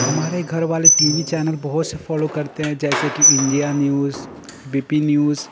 हमारे घर वाले टी वी चैनल बहुत से फ़ॉलो करते हैं जैसे कि India news A B P news